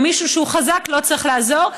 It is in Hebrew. או מישהו שהוא חזק לא צריך לעזור.